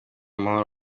mahoro